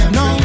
no